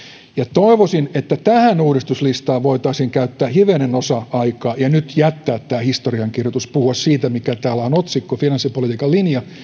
toivoisin että tähän uudistuslistaan voitaisiin käyttää hivenen osa aikaa ja nyt jättää tämä historiankirjoitus ja puhua siitä mikä täällä on otsikko finanssipolitiikan linja